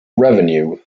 revenue